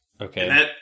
Okay